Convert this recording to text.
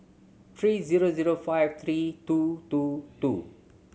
three zero zero five three two two two